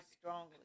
strongly